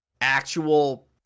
actual